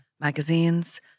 magazines